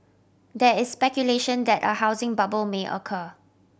there is speculation that a housing bubble may occur